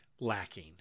lacking